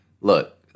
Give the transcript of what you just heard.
look